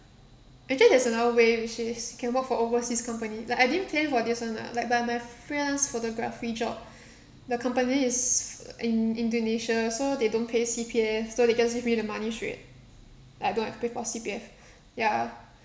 actually there is another way which is can work for overseas company like I didn't plan for this one lah like but my friends photography job the company is in indonesia so they don't pay C_P_F so they just give you the money straight like don't have pay for C_P_F ya